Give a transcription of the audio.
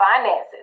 finances